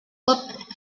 cop